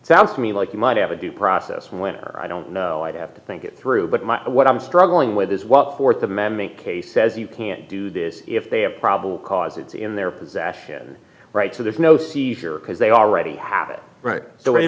it sounds to me like you might have a due process where i don't know i'd have to think it through but my what i'm struggling with is what th amendment case says you can't do this if they have probable cause it's in their possession right to there's no seizure because they already have it right